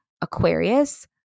Aquarius